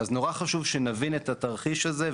אז נורא חשוב שנבין את התרחיש הזה,